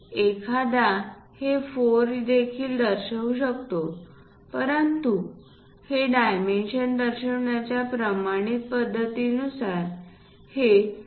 एखादा हे 4 देखील दर्शवू शकतो परंतु हे डायमेन्शन दर्शविण्याच्या प्रमाणित पद्धतीनुसार हे 2